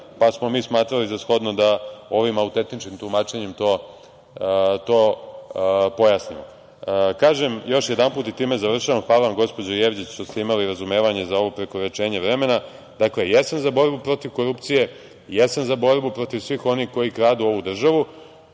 pa smo mi smatrali za shodno da ovim autentičnim tumačenjem to pojasnimo. Kažem još jedanput i time završavam, hvala vam, gospođo Jevđić, što ste imali razumevanje za ovo prekoračenje vremena, jesam za borbu protiv korupcije, jesam za borbu svih onih koji kradu ovu državu,